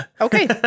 Okay